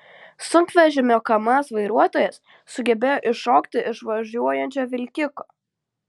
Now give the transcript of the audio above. sunkvežimio kamaz vairuotojas sugebėjo iššokti iš važiuojančio vilkiko